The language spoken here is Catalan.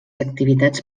activitats